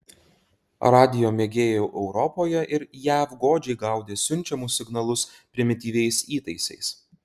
radijo mėgėjai europoje ir jav godžiai gaudė siunčiamus signalus primityviais įtaisais